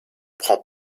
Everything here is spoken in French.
prend